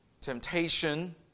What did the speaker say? temptation